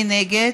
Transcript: מי נגד?